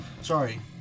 Sorry